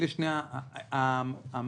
אלה שני ה --- המשמעותי